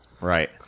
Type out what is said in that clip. Right